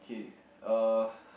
okay uh